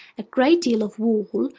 a great deal of wall,